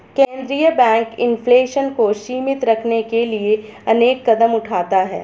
केंद्रीय bank inflation को सीमित रखने के लिए अनेक कदम उठाता है